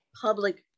public